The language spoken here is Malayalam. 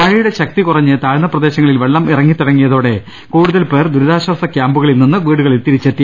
മഴയുടെ ശക്തി കുറഞ്ഞ് താഴ്ന്നു പ്രദേശങ്ങളിൽ വെള്ളം ഇറങ്ങിത്തുടങ്ങിയതോടെ കൂടുതൽ പേർ ദുരിതാശ്ചാസ ക്യാമ്പുകളിൽനിന്ന് വീടുകളിൽ തിരിച്ചെത്തി